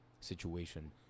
situation